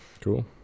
Cool